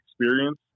experience